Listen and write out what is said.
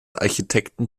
architekten